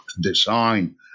design